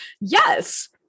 yes